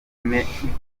ine